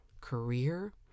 career